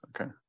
okay